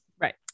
Right